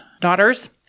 daughters